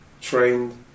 trained